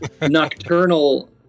nocturnal